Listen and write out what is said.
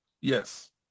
yes